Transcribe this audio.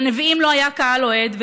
לנביאים לא היה קהל אוהד,